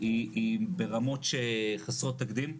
היא ברמות חסרות תקדים,